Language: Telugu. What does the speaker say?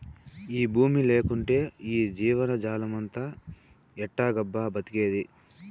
ఈ బూమి లేకంటే ఈ జీవజాలమంతా ఎట్టాగబ్బా బతికేది